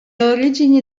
origini